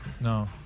no